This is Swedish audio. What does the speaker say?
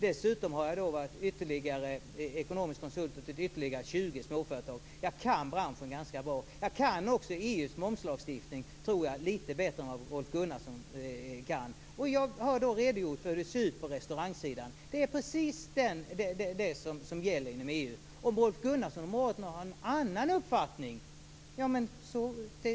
Dessutom har jag varit ekonomisk konsult för ytterligare 20 småföretag. Jag kan branschen ganska bra. Jag kan också EU:s momslagstiftning, tror jag, lite bättre än vad Rolf Gunnarsson kan. Jag har redogjort för hur det ser ut på restaurangsidan. Det är precis det som gäller inom EU. Rolf Gunnarsson och Moderaterna har kanske en annan uppfattning.